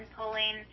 pulling